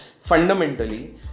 fundamentally